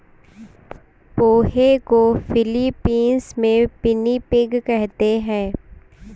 पोहे को फ़िलीपीन्स में पिनीपिग कहते हैं